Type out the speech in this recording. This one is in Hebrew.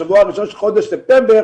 השבוע הראשון של חודש ספטמבר,